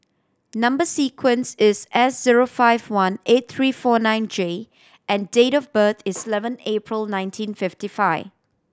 number sequence is S zero five one eight three four nine J and date of birth is eleven April nineteen fifty five